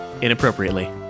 inappropriately